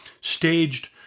staged